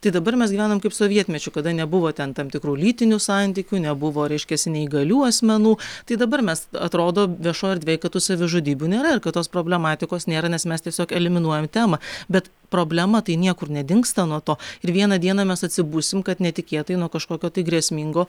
tai dabar mes gyvenam kaip sovietmečiu kada nebuvo ten tam tikrų lytinių santykių nebuvo reiškiasi neįgalių asmenų tai dabar mes atrodo viešoj erdvėj kad tų savižudybių nėra ir kad tos problematikos nėra nes mes tiesiog eliminuojam temą bet problema tai niekur nedingsta nuo to ir vieną dieną mes atsibusim kad netikėtai nuo kažkokio tai grėsmingo